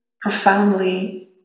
profoundly